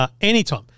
anytime